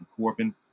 Corbin